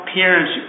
parents